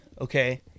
okay